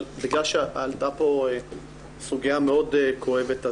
בגלל שעלתה פה סוגיה מאוד כואבת,